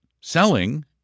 selling